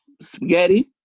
spaghetti